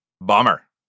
bummer